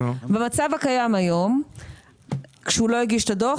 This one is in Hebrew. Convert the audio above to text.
במצב הקיים היום כשהוא לא הגיש את הדוח